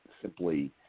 simply